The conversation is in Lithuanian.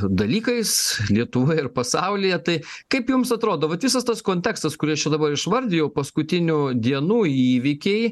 dalykais lietuvoj ir pasaulyje tai kaip jums atrodo kad visas tas kontekstas kurį aš čia dabar išvardijau paskutinių dienų įvykiai